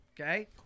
Okay